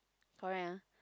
correct ah